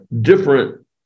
different